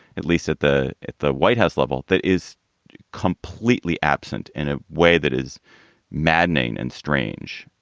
at least at the at the white house level, that is completely absent in a way that is maddening and strange.